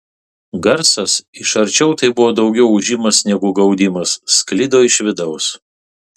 garsas iš arčiau tai buvo daugiau ūžimas negu gaudimas sklido iš vidaus